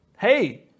hey